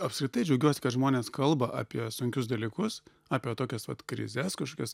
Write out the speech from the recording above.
apskritai džiaugiuosi kad žmonės kalba apie sunkius dalykus apie tokias vat krizes kažkokias